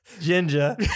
Ginger